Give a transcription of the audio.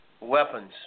weapons